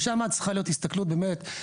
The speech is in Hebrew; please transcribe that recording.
ושם צריכה להיות הסתכלות באמת.